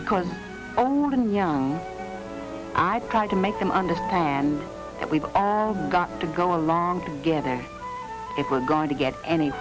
because only when young i try to make them understand that we've got to go along together if we're going to get any